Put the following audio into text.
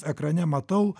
ekrane matau